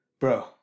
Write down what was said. Bro